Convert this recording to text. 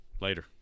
Later